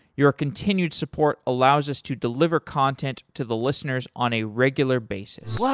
your continued support allows us to deliver content to the listeners on a regular basis